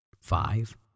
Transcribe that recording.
Five